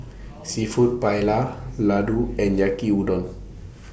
Seafood Paella Ladoo and Yaki Udon